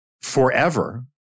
forever